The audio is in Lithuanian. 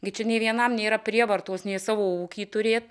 gi čia nei vienam nėra prievartos nei savo ūkį turėt